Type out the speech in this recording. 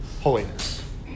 holiness